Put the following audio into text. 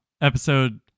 Episode